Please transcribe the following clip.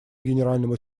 генеральному